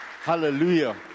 Hallelujah